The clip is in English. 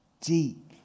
deep